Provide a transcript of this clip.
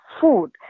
food